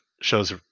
shows